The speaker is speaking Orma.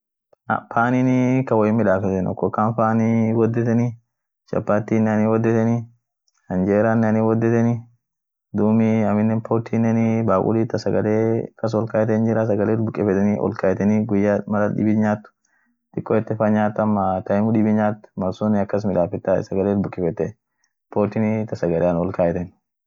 Sahani bare jikoa kasiit dargen biriai. sahani gugurdaat jira ta inama birin sagale wolin nyaatuun, chacharekoot jira chacharekon sun ta namtokoot. namtokfq chalaat nyaataan. amo gugurdasun inama biriit nyaataan, ak familia ama bare ak sharehea ak arusiafa ak eebafa malsun inama birin hinyaatan amo chachareko sun namtok chalaat nyaataan sahanin lamaansun.